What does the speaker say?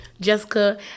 jessica